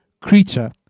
creature